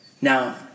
Now